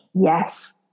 Yes